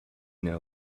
know